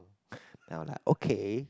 then I was like okay